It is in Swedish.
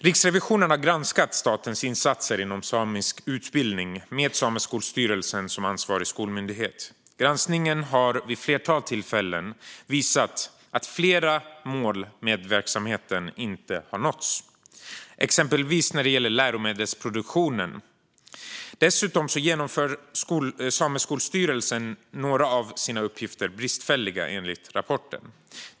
Riksrevisionen har granskat statens insatser inom samisk utbildning, med Sameskolstyrelsen som ansvarig skolmyndighet. Granskningen har vid ett flertal tillfällen visat att flera mål med verksamheten inte har nåtts, exempelvis när det gäller läromedelsproduktionen. Dessutom genomför Sameskolstyrelsen några av sina uppgifter bristfälligt, enligt rapporten.